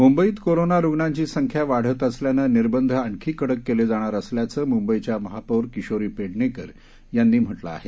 मुंबईत कोरोना रुग्णांची संख्या वाढत असल्यानं निर्बंध आणखी कडक केले जाणार असल्याचं मुंबईच्या महापौर किशोरी पेडणेकर यांनी म्हटलं आहे